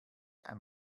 and